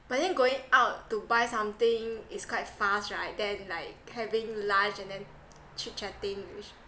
but then going out to buy something is quite fast right then like having lunch and then chit chatting which